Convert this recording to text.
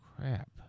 crap